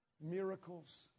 miracles